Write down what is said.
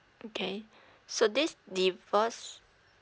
okay so this divorce